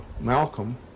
Malcolm